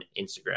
Instagram